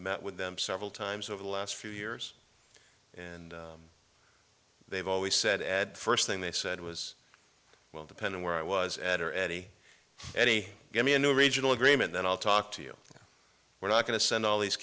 met with them several times over the last few years and they've always said ad first thing they said was well depending where i was at or eddie eddie give me a new regional agreement that i'll talk to you we're not going to send all these